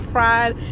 Pride